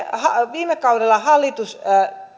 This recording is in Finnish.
viime kaudella hallitus